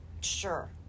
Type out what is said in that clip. Sure